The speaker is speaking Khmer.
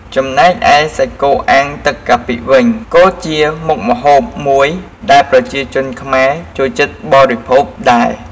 ចំណែកឯសាច់គោអាំងទឹកកាពិវិញក៏ជាមុខម្ហូបមួយដែលប្រជាជនខ្មែរចូលចិត្តបរិភោគដែរ។